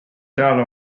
seal